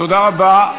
תודה רבה.